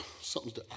something's